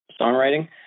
songwriting